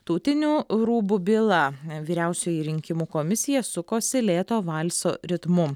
tautinių rūbų byla vyriausioji rinkimų komisija sukosi lėto valso ritmu